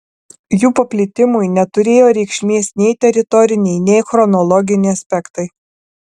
jų paplitimui neturėjo reikšmės nei teritoriniai nei chronologiniai aspektai